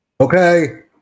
Okay